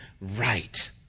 right